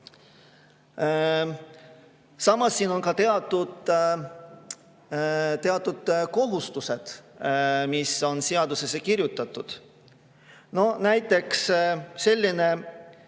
Samas on ka teatud kohustused, mis on seadusesse kirjutatud. Näiteks selline